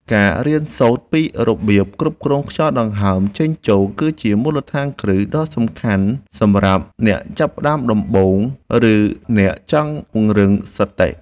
ការរៀនសូត្រពីរបៀបគ្រប់គ្រងខ្យល់ដង្ហើមចេញចូលគឺជាមូលដ្ឋានគ្រឹះដ៏សំខាន់សម្រាប់អ្នកចាប់ផ្តើមដំបូង ឬ អ្នកចង់ពង្រឹងសតិ។